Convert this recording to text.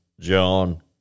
John